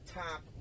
top